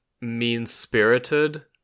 mean-spirited